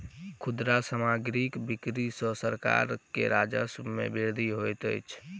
खुदरा सामग्रीक बिक्री सॅ सरकार के राजस्व मे वृद्धि होइत अछि